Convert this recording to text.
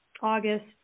August